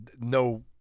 no